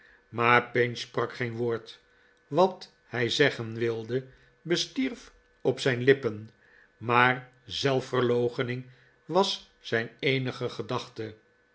maar pinch sprak geen woord wat hij zeggen wilde bestierf op zijn lippen maar zelfverloochening was zijn eenige gedachte